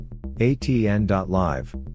atn.live